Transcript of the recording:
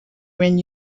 when